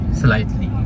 slightly